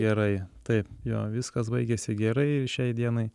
gerai taip jo viskas baigėsi gerai ir šiai dienai